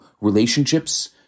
relationships